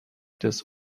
des